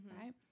right